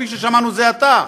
כפי ששמענו זה עתה,